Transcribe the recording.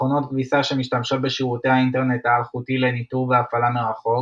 מכונות כביסה שמשתמשות בשירותי האינטרנט האלחוטי לניטור והפעלה מרחוק,